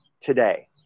today